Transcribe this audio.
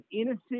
innocent